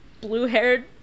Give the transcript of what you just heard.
blue-haired